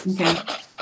Okay